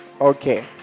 Okay